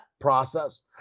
process